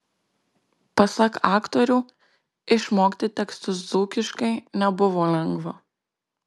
pasak aktorių išmokti tekstus dzūkiškai nebuvo lengva